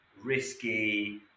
Risky